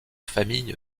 famille